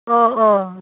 অঁ অঁ